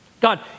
God